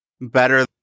better